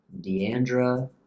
Deandra